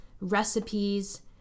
recipes